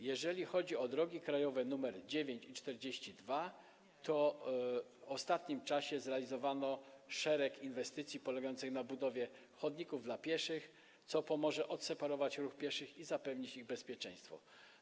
Jeżeli chodzi o drogi krajowe nr 9 i 42, to w ostatnim czasie zrealizowano szereg inwestycji polegających na budowie chodników dla pieszych, co pomoże odseparować ruch pieszych i zapewnić ich bezpieczeństwo.